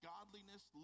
godliness